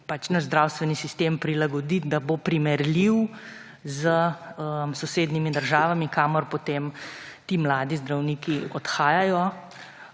naš zdravstveni sistem prilagodit, da bo primerljiv s sosednjimi državami, kamor potem ti mladi zdravniki odhajajo,